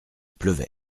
pleuvait